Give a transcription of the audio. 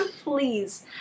Please